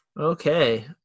okay